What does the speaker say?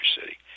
city